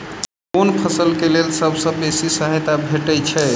केँ फसल केँ लेल सबसँ बेसी सहायता भेटय छै?